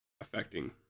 affecting